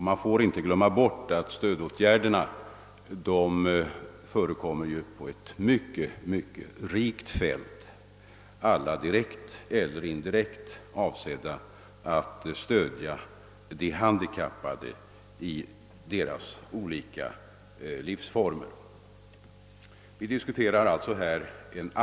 Man skall inte glömma att de stödåtgärder som vidtagits satts in på ett mycket stort fält och att de alla direkt eller indirekt har tillkommit för att ge de handikappade stöd i deras olika livssituationer.